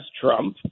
Trump